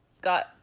got